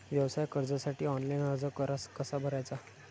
व्यवसाय कर्जासाठी ऑनलाइन अर्ज कसा भरायचा?